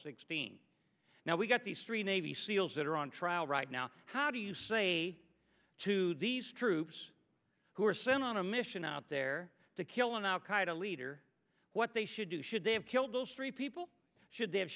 sixteen now we've got these three navy seals that are on trial right now how do you say to these troops who are still on a mission out there the killing al qaeda leader what they should do should they have killed those three people should they have